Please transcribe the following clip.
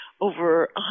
over